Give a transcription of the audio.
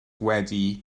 wedi